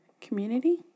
Community